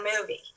movie